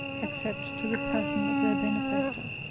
except to the person of their benefactor.